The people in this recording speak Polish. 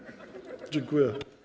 Dziękuję.